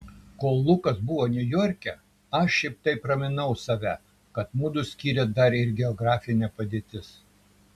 kol lukas buvo niujorke aš šiaip taip raminau save kad mudu skiria dar ir geografinė padėtis